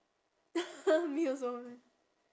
me also